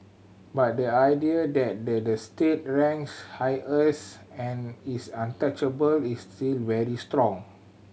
but the idea that the the state ranks highest and is untouchable is still very strong